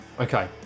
Okay